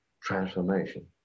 transformation